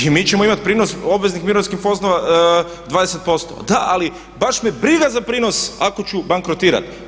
I mi ćemo imati prinos obveznih mirovinskih osnova 20% da, ali baš me briga za prinos ako ću bankrotirati.